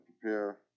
Prepare